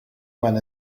when